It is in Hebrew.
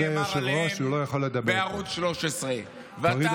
שנאמר עליהם בערוץ 14. הוא פשוט השתלט ומבזה יושב-ראש,